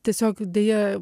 tiesiog deja